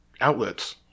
outlets